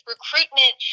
Recruitment